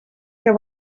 que